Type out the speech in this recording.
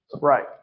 Right